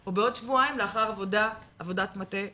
או שבועיים לאחר עבודת מטה מדויקת.